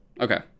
okay